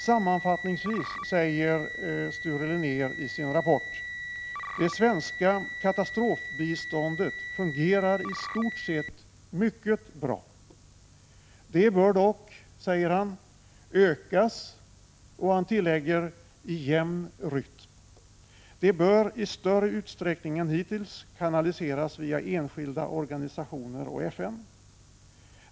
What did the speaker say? Sammanfattningsvis säger Sture Linnér i sin rapport att det svenska katastrofbiståndet i stort sett fungerar mycket bra. Det bör dock ökas, säger han — och han tillägger: ”i jämn rytm”. Det bör i större utsträckning än hittills kanaliseras via enskilda organisationer och FN.